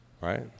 Right